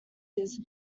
his